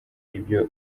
ibyo